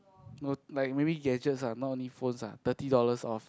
no like maybe gadgets ah not only phones ah thirty dollars off